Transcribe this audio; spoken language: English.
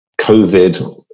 COVID